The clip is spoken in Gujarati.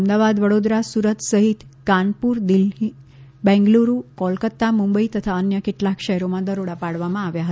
અમદાવાદ વડોદરા સુરત સહિત કાનપુર દિલ્હી બેંગલુંરૃ કોલકાત્તા મુંબઈ તથા અન્ય કેટલાંક શહેરોમાં દરોડા પાડવામાં આવ્યા હતાં